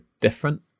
different